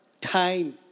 time